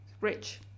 rich